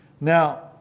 Now